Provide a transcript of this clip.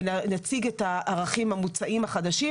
ונציג את הערכים המוצעים החדשים.